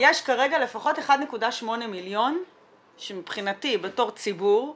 יש כרגע לפחות 1.8 מיליון שמבחינתי בתור ציבור יחסר,